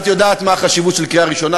את יודעת מה החשיבות של קריאה ראשונה,